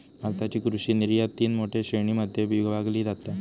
भारताची कृषि निर्यात तीन मोठ्या श्रेणीं मध्ये विभागली जाता